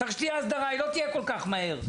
צריך שתהיה הסדרה אבל היא לא תהיה כל כך מהר.